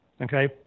Okay